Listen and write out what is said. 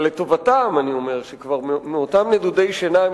אבל לטובתם אני אומר שמנדודי השינה האלה